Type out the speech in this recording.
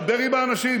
דבר עם האנשים,